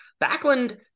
Backlund